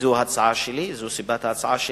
וזו ההצעה שלי, זו סיבת ההצעה שלי,